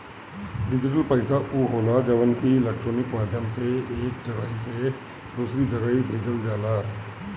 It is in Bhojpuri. डिजिटल पईसा उ होला जवन की इलेक्ट्रोनिक माध्यम से एक जगही से दूसरा जगही भेजल जाला